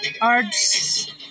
arts